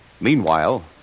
Meanwhile